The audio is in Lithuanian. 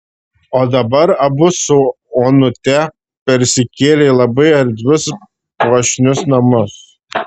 o dabar abu su onute persikėlė į labai erdvius puošnius namus